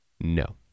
No